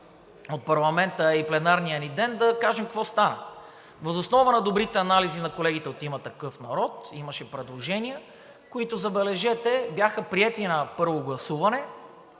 от парламента и пленарния ни ден, да кажем какво стана. Въз основа на добрите анализи на колегите от „Има такъв народ“ имаше предложения, които, забележете, бяха приети на първо гласуване